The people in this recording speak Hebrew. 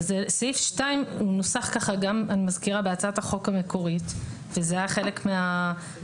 אני מזכירה שסעיף 2 נוסח כך בהצעת החוק המקורית וזה היה חלק מההצעה,